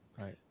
Right